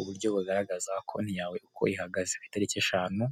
Uburyo bugaragaza konti yawe uko ihagaze. Ku itariki eshanu,